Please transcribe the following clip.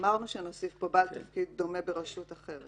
אמרנו שנוסיף פה בעל תפקיד דומה ברשות אחרת.